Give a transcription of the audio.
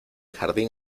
jardín